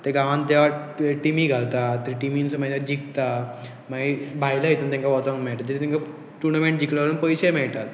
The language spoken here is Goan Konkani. ते गांवांत जेवा टिमी घालतात ते टिमीनसू ते जिकता मागीर भायलां हितून तांकां वचोंक मेळट ते तांकां टुर्नामेंट जिकले वरून पयशे मेळटात